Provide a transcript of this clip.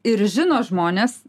ir žino žmonės